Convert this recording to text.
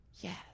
Yes